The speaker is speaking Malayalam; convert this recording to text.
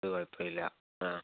അത് കുഴപ്പമില്ല ആ